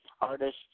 artists